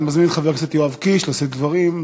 אני מזמין את חבר הכנסת יואב קיש לשאת דברים,